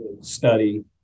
study